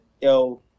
yo